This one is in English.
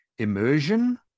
immersion